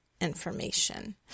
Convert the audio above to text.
information